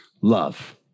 love